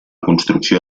construcció